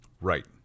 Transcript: right